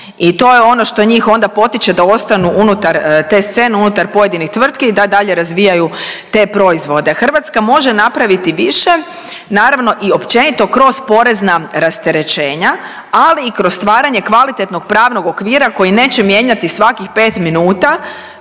i to je ono što njih onda potiče da ostanu unutar te scene unutar pojedinih tvrtki da dalje razvijaju te proizvode. Hrvatska može napraviti više, naravno i općenito kroz porezna rasterećenja, ali i kroz stvaranje kvalitetnog pravnog okvira koji neće mijenjati svakih pet minuta